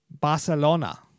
Barcelona